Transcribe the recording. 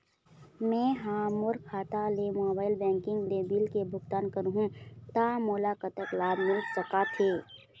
मैं हा मोर खाता ले मोबाइल बैंकिंग ले बिल के भुगतान करहूं ता मोला कतक लाभ मिल सका थे?